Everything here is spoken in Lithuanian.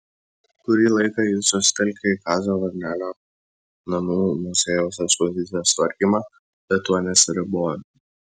kurį laiką ji susitelkė į kazio varnelio namų muziejaus ekspozicijos tvarkymą bet tuo nesiribojo